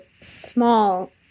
small